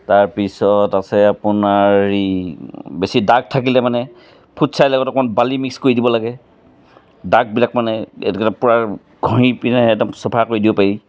তাৰপিছত আছে আপোনাৰ হেৰি বেছি দাগ থাকিলে মানে ফুটছাইৰ লগত অকমান বালি মিক্স কৰি দিব লাগে দাগবিলাক মানে এইধৰণে পূৰা ঘঁহি পিনে একদম চাফা কৰি দিব পাৰি